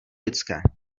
lidské